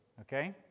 okay